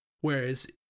Whereas